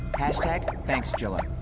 hashtag thanks-gela.